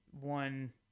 one